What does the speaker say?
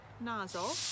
nozzle